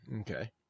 Okay